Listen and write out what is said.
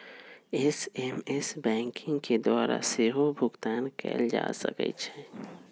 SMS banking के द्वारा सेहो भुगतान कएल जा सकै छै